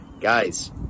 Guys